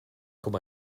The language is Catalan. com